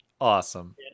Awesome